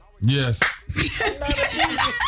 Yes